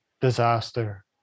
disaster